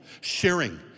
sharing